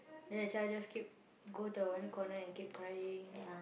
then the child just keep go to one corner and keep crying